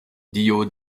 dio